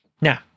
now